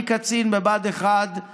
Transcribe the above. אני קצין בבה"ד 1,